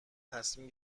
تصمیم